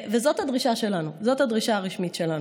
זאת הדרישה שלנו, זאת הדרישה הרשמית שלנו.